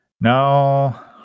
Now